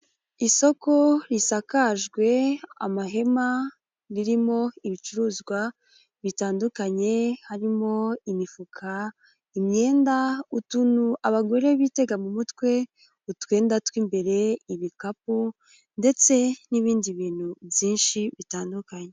Isoko risakajwe amahema, ririmo ibicuruzwa bitandukanye, harimo imifuka, imyenda, utuntu abagore bitega mu mutwe, utwenda tw'imbere, ibikapu ndetse n'ibindi bintu byinshi bitandukanye.